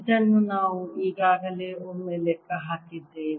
ಇದನ್ನು ನಾವು ಈಗಾಗಲೇ ಒಮ್ಮೆ ಲೆಕ್ಕ ಹಾಕಿದ್ದೇವೆ